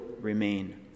remain